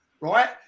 right